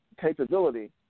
capability